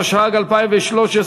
התשע"ג 2013,